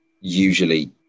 usually